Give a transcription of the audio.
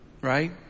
Right